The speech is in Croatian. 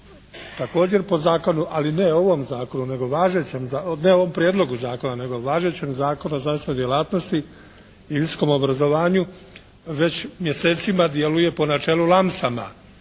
također po zakonu ali ne ovom prijedlogu zakona nego važećem Zakonu o znanstvenoj djelatnosti i visokom obrazovanju već mjesecima djeluje po načelu "lansama".